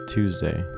Tuesday